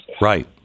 Right